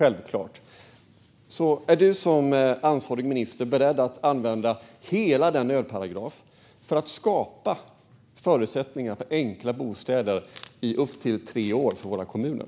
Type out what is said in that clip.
Är du som ansvarig minister beredd att använda hela nödparagrafen för att skapa förutsättningar för enkla bostäder i upp till tre år i våra kommuner?